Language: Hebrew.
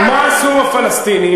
ומה עשו הפלסטינים?